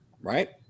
right